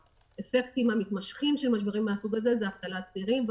האפקטים המתמשכים של משברים מהסוג הזה זה אבטלת צעירים,